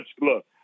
look